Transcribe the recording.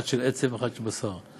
אחד של עצם ואחת של בשר,